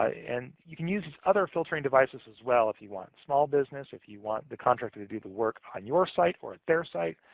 and you can use these other filtering devices, as well, if you want small business. if you want the contractor to do the work on your site or their site,